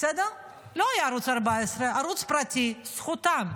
לא היה ערוץ 14. זה ערוץ פרטי, זכותם,